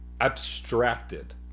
abstracted